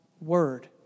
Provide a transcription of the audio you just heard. Word